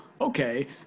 okay